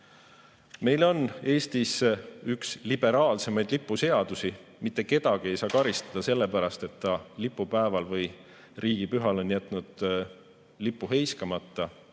Meil on Eestis üks liberaalsemaid lipuseadusi: mitte kedagi ei saa karistada sellepärast, et ta lipupäeval või riigipühal on jätnud lipu heiskamata.